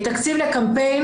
תקציב לקמפיין